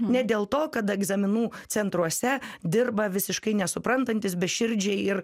ne dėl to kad egzaminų centruose dirba visiškai nesuprantantys beširdžiai ir